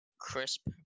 crisp